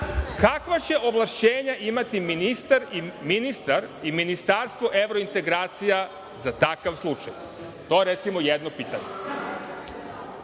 kakva će ovlašćenja imati ministar i ministarstvo evrointegracija za takav slučaj? To je, recimo, jedno pitanje. Drugo